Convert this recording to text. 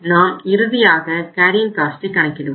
நாம் இறுதியாக கேரியிங் காஸ்ட்டை கணக்கிடுவோம்